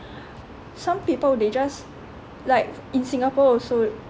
some people they just like in singapore also